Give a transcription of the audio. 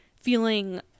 feeling